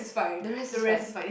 the rest is like